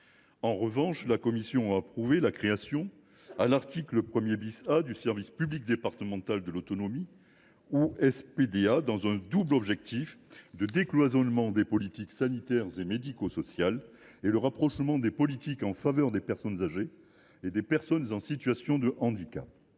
en revanche approuvé la création, à l’article 1 A, du service public départemental de l’autonomie, ou SPDA, dans un double objectif de décloisonnement des politiques sanitaires et médico sociales et de rapprochement des politiques en faveur des personnes âgées et des personnes en situation de handicap.